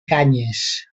canyes